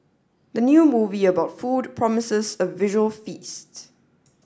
the new movie about food promises a visual feast